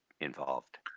involved